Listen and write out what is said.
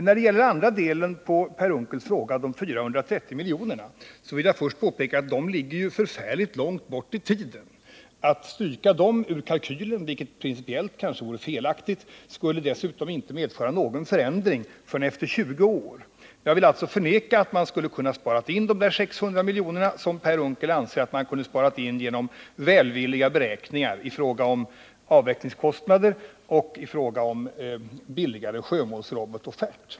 När det gäller den andra delen av Per Unckels fråga, de 430 miljonerna, vill jag börja med att påpeka att de ligger förfärligt långt fram i tiden. Skulle man stryka dem ur kalkylen, vilket dessutom kanske vore principiellt felaktigt, skulle det inte medföra någon förändring förrän efter 20 år. Jag vill alltså förneka att man skulle ha kunnat spara in de 600 milj.kr. som Per Unckel anser att man skulle ha kunnat spara in genom välvilliga beräkningar av avvecklingskostnader och genom en billigare sjömålsrobotoffert.